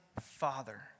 Father